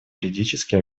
юридически